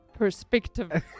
perspective